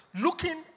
looking